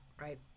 right